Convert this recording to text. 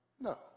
No